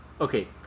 Okay